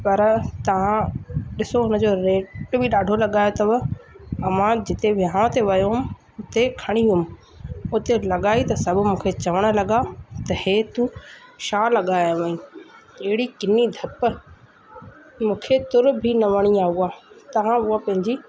पर तव्हां ॾिसो हुन जो रेट बि ॾाढो लॻायो अथव ऐं मां जिते विहांउ ते वियो हुउमि उते खणी वियुमि उते लॻाई त सभु मूंखे चवण लॻा त इहे तूं छा लॻाए आहियो आईं अहिड़ी किनी धपु मूंखे तुर बि न वणी आहे उहा तव्हां उहा पंहिंजी